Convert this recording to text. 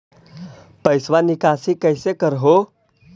पैसवा निकासी कैसे कर हो?